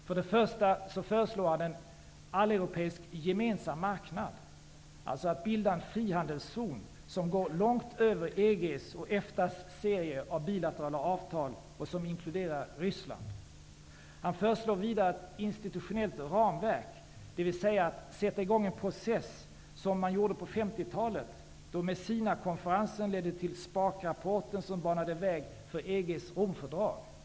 För det första föreslår han en alleuropeisk gemensam marknad, alltså att bilda en frihandelszon som går långt över EG:s och EFTA:s serier av bilaterala avtal och som inkluderar För det andra föreslår han ett institutionellt ramverk, dvs. att sätta i gång en process som man gjorde på 50-talet, då Messinakonferensen ledde till Spaak-rapporten som banade väg för EG:s Romfördrag.